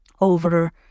over